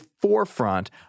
forefront